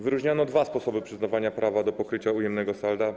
Wyróżniono dwa sposoby przyznawania prawa do pokrycia ujemnego salda.